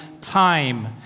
time